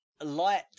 light